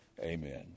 Amen